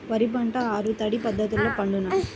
వరి పంట ఆరు తడి పద్ధతిలో పండునా?